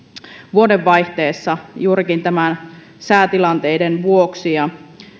vuodenvaihteessa juurikin näiden säätilanteiden vuoksi ja